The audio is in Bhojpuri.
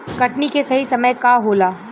कटनी के सही समय का होला?